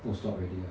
oh stop already ah